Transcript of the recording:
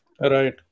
Right